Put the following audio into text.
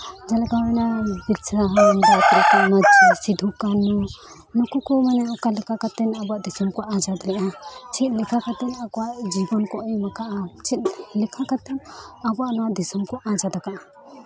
ᱡᱟᱦᱟᱸ ᱞᱮᱠᱟ ᱦᱩᱭᱮᱱᱟ ᱛᱤᱞᱠᱟᱹ ᱢᱟᱹᱡᱷᱤ ᱥᱤᱫᱷᱩ ᱠᱟᱹᱱᱩ ᱱᱩᱠᱩ ᱠᱚ ᱢᱟᱱᱮ ᱚᱠᱟ ᱞᱮᱠᱟ ᱠᱟᱛᱮᱫ ᱟᱵᱚᱣᱟᱜ ᱫᱤᱥᱚᱢ ᱠᱚ ᱟᱡᱟᱫ ᱞᱮᱫᱼᱟ ᱪᱮᱫ ᱞᱮᱠᱟ ᱠᱟᱛᱮᱫ ᱟᱠᱚᱣᱟᱜ ᱡᱤᱵᱚᱱ ᱠᱚ ᱮᱢ ᱠᱟᱫᱼᱟ ᱪᱮᱫ ᱞᱮᱠᱟ ᱠᱟᱛᱮᱫ ᱟᱵᱚᱣᱟᱜ ᱱᱚᱣᱟ ᱫᱤᱥᱚᱢ ᱠᱚ ᱟᱡᱟᱫ ᱟᱠᱟᱫᱼᱟ